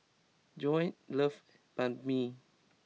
Joanie loves Banh Mi